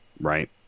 right